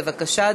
בבקשה,